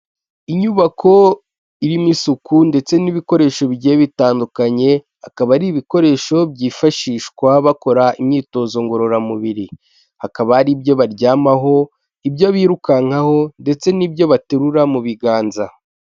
Inyubako irimo isuku ndetse n'ibikoresho bigiye bitandukanye, hakaba hari ibikoresho byifashishwa bakora imyitozo ngororamubiri, hakaba hari ibyo baryamaho, ibyo birukankaho ndetse n'ibyo baterura mu biganza.